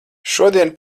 šodien